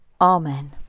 Amen